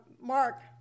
Mark